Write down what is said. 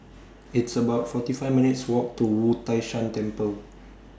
It's about forty five minutes' Walk to Wu Tai Shan Temple